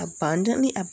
abundantly